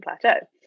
Plateau